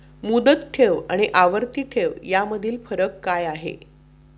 मुदत ठेव आणि आवर्ती ठेव यामधील फरक काय आहे?